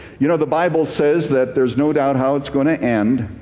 you know the bible says that there's no doubt how it's going to end.